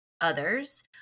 others